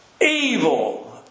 evil